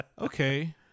Okay